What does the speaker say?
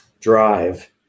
drive